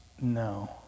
no